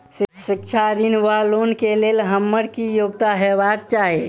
शिक्षा ऋण वा लोन केँ लेल हम्मर की योग्यता हेबाक चाहि?